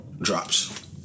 drops